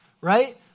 Right